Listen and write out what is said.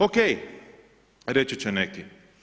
OK, reći će neki.